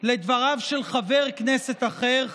על דבריו של חבר כנסת אחר,